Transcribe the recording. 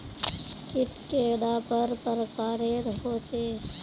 कीट कैडा पर प्रकारेर होचे?